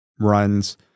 runs